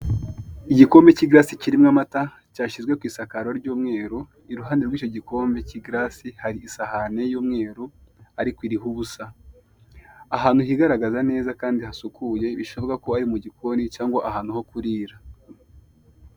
Igikombe kigarasi kirimo amata cyashyizwe ku isakaro ry'umweru iruhande rw'icyo gikombe kigarasi hari isahane y'umweru ariko iriho ubusa, ahantu higaragaza neza Kandi hasukuye bishoboka ko ari mu gikoni cyangwa ahantu ho kurira.